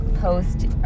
post